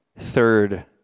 Third